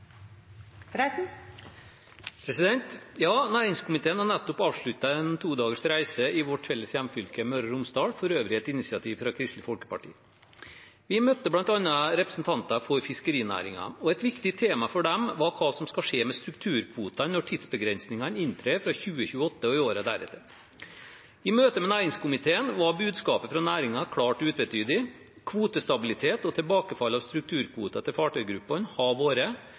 Ja, næringskomiteen har nettopp avsluttet en todagers reise i vårt felles hjemfylke, Møre og Romsdal, for øvrig etter initiativ fra Kristelig Folkeparti. Vi møtte bl.a. representanter for fiskerinæringen, og et viktig tema for dem var hva som skal skje med strukturkvotene når tidsbegrensningene inntrer fra 2028 og i årene deretter. I møte med næringskomiteen var budskapet fra næringen klart og utvetydig: Kvotestabilitet og tilbakefall av strukturkvoter til fartøygruppene har vært